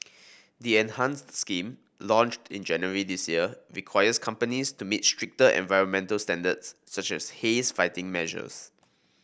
the enhanced scheme launched in January this year requires companies to meet stricter environmental standards such as haze fighting measures